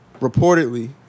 reportedly